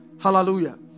Hallelujah